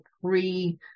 pre